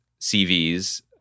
CVs